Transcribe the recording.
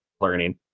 learning